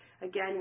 Again